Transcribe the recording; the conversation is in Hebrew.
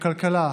בוועדת הכלכלה,